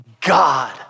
God